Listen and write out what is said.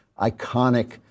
iconic